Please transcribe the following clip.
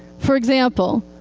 for example,